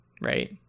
right